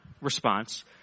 response